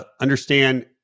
understand